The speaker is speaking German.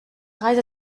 reise